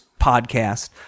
podcast